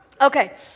Okay